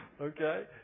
Okay